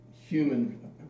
human